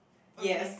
yes